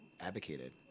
advocated